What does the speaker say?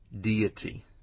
deity